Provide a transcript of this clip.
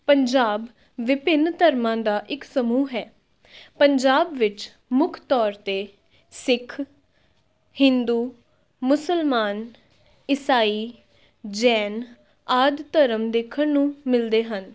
ਪੰਜਾਬ ਵਿਭਿੰਨ ਧਰਮਾਂ ਦਾ ਇੱਕ ਸਮੂਹ ਹੈ ਪੰਜਾਬ ਵਿੱਚ ਮੁੱਖ ਤੌਰ 'ਤੇ ਸਿੱਖ ਹਿੰਦੂ ਮੁਸਲਮਾਨ ਇਸਾਈ ਜੈਨ ਆਦਿ ਧਰਮ ਦੇਖਣ ਨੂੰ ਮਿਲਦੇ ਹਨ